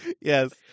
Yes